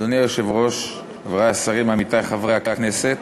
אדוני היושב-ראש, חברי השרים, עמיתי חברי הכנסת,